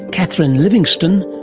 catherine livingstone,